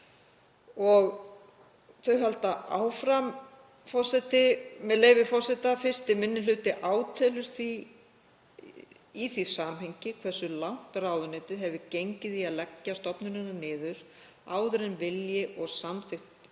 Og þau halda áfram, með leyfi forseta: „Fyrsti minni hluti átelur í því samhengi hversu langt ráðuneytið hefur gengið í að leggja stofnunina niður áður en vilji og samþykkt